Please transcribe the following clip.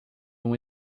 uma